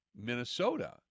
Minnesota